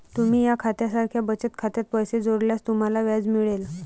तुम्ही या खात्या सारख्या बचत खात्यात पैसे जोडल्यास तुम्हाला व्याज मिळेल